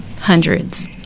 hundreds